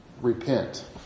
Repent